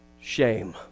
shame